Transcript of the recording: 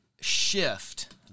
shift